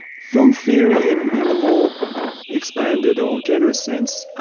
film theory and in the more expanded or generous sense,